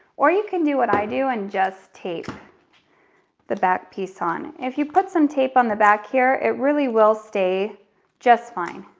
or you can do what i do and just tape the back piece on. if you put some tape on the back here, it really will stay just fine,